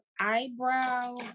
eyebrow